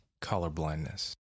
colorblindness